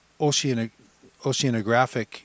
oceanographic